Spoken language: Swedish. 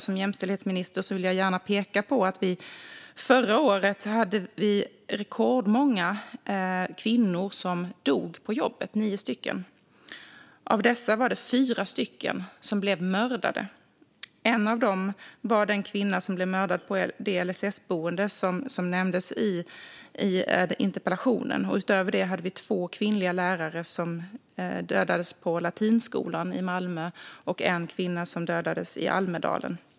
Som jämställdhetsminister vill jag gärna peka på att vi förra året hade rekordmånga kvinnor som dog på jobbet - nio stycken. Av dessa var det fyra som blev mördade. En av dem var den kvinna som blev mördad på det LSS-boende som nämndes i interpellationen. Det var två kvinnliga lärare som dödades på Malmö latinskola och en kvinna som dödades i Almedalen.